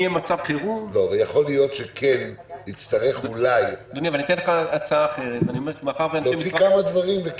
יכול להיות שכן נצטרך אולי להוציא כמה דברים.